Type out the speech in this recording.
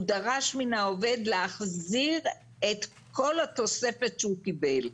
הוא דרש מן העובד להחזיר את כל התוספת שהוא קיבל.